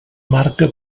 marca